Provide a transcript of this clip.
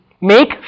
Make